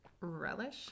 Relish